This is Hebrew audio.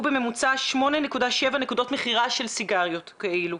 בממוצע 8.7 נקודות מכירה של סיגריות כאלו.